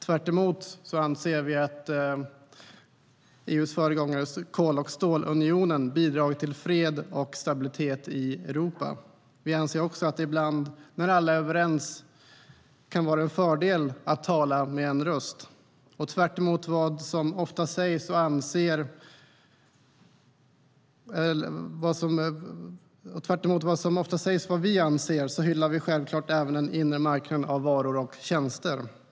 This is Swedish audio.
Tvärtemot anser vi att EU:s föregångare, kol och stålunionen, bidragit till fred och stabilitet i Europa. Vi anser också att det ibland, när alla är överens, kan vara en fördel att tala med en röst. Och tvärtemot vad som ofta sägs är vad vi anser hyllar vi självklart även den inre marknaden av varor och tjänster.